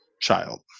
child